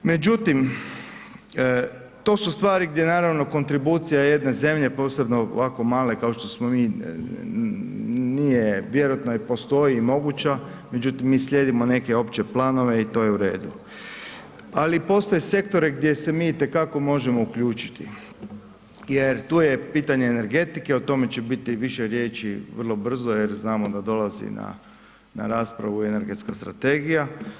Međutim, to su stvari gdje naravno kontribucija jedne zemlje posebno ovako male kao što smo mi nije, vjerojatno je postoji i moguća, međutim mi slijedimo neke opće planove i to je u redu, ali postoje sektori gdje se mi itekako možemo uključiti jer tu je pitanje energetike, o tome će biti više riječi vrlo brzo, jer znamo da dolazi na raspravu i energetska strategija.